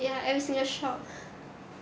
ya and it's in the shop